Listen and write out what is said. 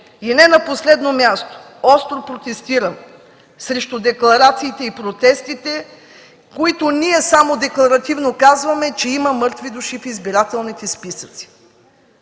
И не на последно място – остро протестирам срещу декларациите и протестите, в които ние само декларативно казваме, че има мъртви души в избирателните списъци.